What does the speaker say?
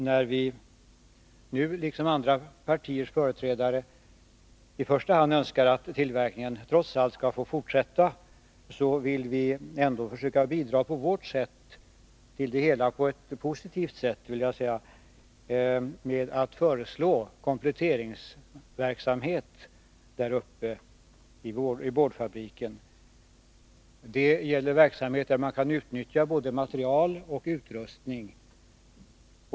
När vi nu, liksom andra partiers företrädare, i första hand önskar att tillverkningen trots allt skall få fortsätta, vill vi för vår del i positiv anda bidra med att föreslå kompletteringsverksamhet vid boardfabriken där uppe. Det gäller då verksamhet där man kan utnyttja både material och utrustning.